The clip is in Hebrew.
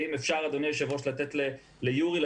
אם אפשר אדוני היושב ראש לתת ליורי לוין